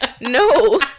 No